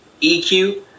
EQ